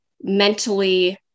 mentally